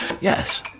Yes